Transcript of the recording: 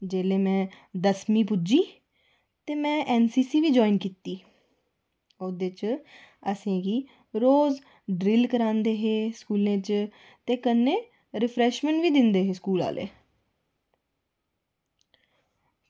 जेल्लै में दसमीं पुज्जी ते मे एनसीसी ज्वाईन कीती असेंगी ओह्दे च रोज ड्रिल करांदे हे स्कूलें च ते कन्नै रिफ्रेशमैंट बी दिंदे हे स्कूल आह्ले